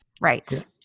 Right